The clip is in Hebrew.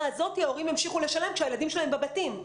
הזאת ההורים ימשיכו לשלם כאשר הילדים שלהם בבתים?